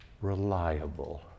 reliable